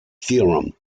theorem